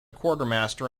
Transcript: quartermaster